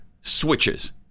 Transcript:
switches